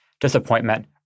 disappointment